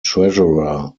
treasurer